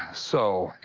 so i